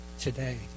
today